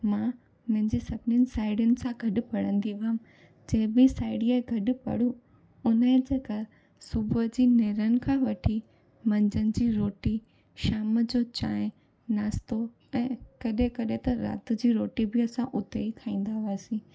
मां मुंहिंजी सभिनीनि साहेड़ियुनि सां गॾु पढ़ंदी हुयमि जे बि साहेड़ीअ गॾु पढ़ूं उन जे घरु सुबुहु जी नेरनि खां वठी मंझंदि जी रोटी शाम जो चांहि नास्तो ऐं कॾहिं कॾहिं राति जी रोटी बि असां उते ई खाईंदा हुआसीं